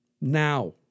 Now